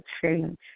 change